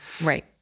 Right